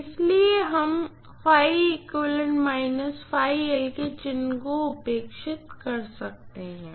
इसलिए हमके चिन्ह को उपेक्षित कर सकते हैं